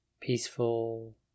Peaceful